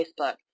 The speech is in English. Facebook